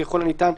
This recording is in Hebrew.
ככל האפשר,